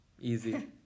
easy